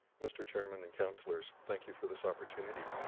mr. chairman and councilors, thank you for this opportunity.